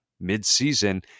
mid-season